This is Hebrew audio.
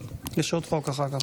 יש עוד חוק אחר כך.